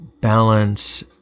balance